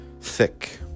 thick